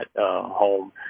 home